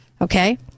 okay